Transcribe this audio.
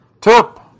tip